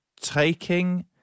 taking